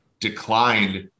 declined